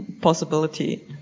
possibility